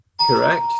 Correct